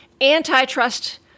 antitrust